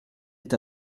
est